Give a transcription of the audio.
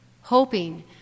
hoping